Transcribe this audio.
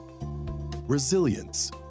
resilience